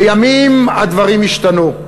לימים הדברים השתנו,